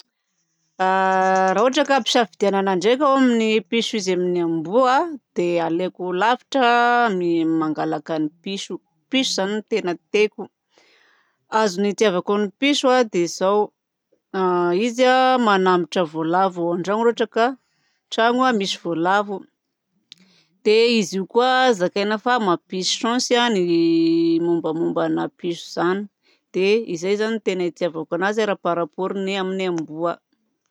Raha ohatra ka ampisafidianina ndraika aho amin'ny piso izy amin'ny amboa dia aleoko lavitra ny mangalaka ny piso. Piso zany tena tiako azony ny hitiavako an'ny piso dia izao izy manambotra voalavo ao an-drano raha ohatra ka trano misy voalavo. Dia izy io koa zakaina fa mampisy chance ny mombamomba na piso zany. Dia izay zany no hitiavako anazy raha par rapport amin'ny amboa.